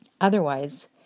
Otherwise